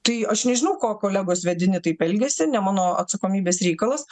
tai aš nežinau ko kolegos vedini taip elgiasi ne mano atsakomybės reikalas